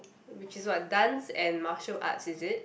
which is what dance and martial arts is it